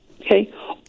Okay